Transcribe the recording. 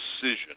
decision